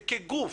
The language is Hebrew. כגוף,